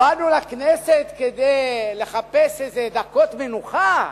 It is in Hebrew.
באנו לכנסת כדי לחפש איזה דקות מנוחה?